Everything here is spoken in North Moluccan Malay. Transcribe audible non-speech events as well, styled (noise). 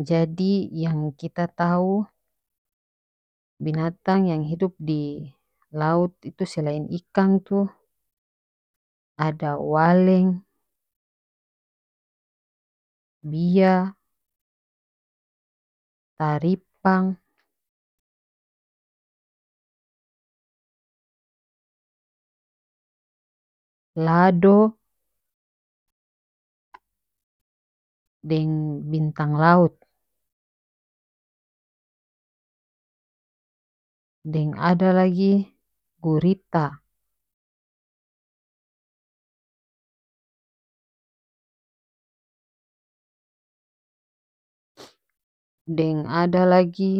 Jadi yang kita tau binatang yang hidup di laut itu selain ikang tu ada waleng bia taripang lado (noise) deng bintang laut deng ada lagi gurita (noise) deng ada lagi